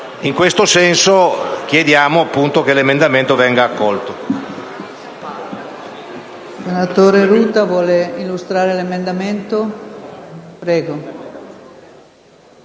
In questo senso chiediamo che l’emendamento venga accolto.